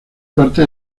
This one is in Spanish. parte